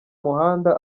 muhanda